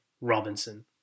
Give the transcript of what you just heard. Robinson